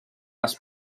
les